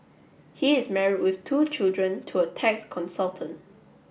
he is married with two children to a tax consultant